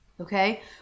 okay